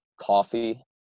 coffee